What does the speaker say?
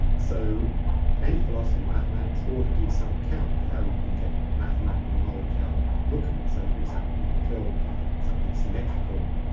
so any philosopher of mathematics ought to give some account of how you can get mathematical knowledge out of looking. so for example you can tell something's symmetrical,